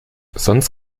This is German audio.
sonst